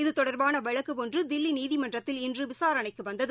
இதுதொடர்பானவழக்குஒன்றுதில்விநீதிமன்றத்தில் இன்றுவிசாரணைக்குவந்தது